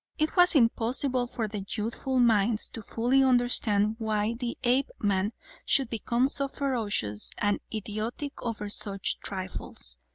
it was impossible for their youthful minds to fully understand why the apeman should become so ferocious and idiotic over such trifles.